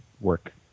work